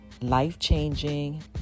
life-changing